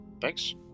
Thanks